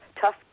tough